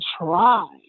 try